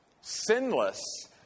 sinless